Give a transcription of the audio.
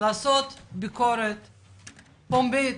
לעשות ביקורת פומבית,